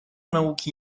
nauki